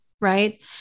right